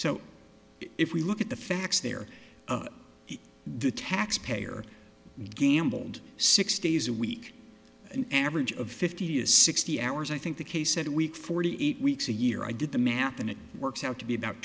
so if we look at the facts there the taxpayer gambled six days a week an average of fifty a sixty hours i think the case had a week forty eight weeks a year i did the math and it works out to be about